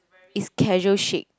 it's casual shake